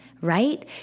right